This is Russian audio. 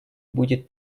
будет